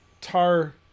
Tar